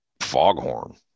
foghorn